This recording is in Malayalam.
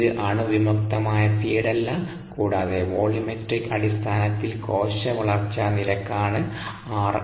ഇത് അണുവിമുക്തമായ ഫീഡല്ല കൂടാതെ വോള്യൂമെട്രിക് അടിസ്ഥാനത്തിൽ കോശ വളർച്ചാ നിരക്കാണ് rx